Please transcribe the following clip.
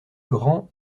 grands